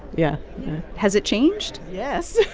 yeah has it changed? yes.